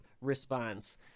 response